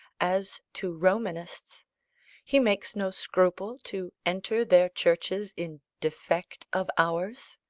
as to romanists he makes no scruple to enter their churches in defect of ours.